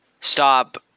stop